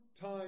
time